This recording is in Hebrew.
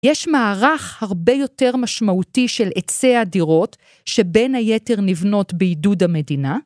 יש מערך הרבה יותר משמעותי של היצע הדירות, שבין היתר נבנות בעידוד המדינה